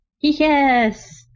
Yes